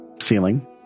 ceiling